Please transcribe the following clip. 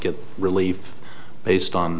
get relief based on